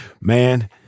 man